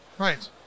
Right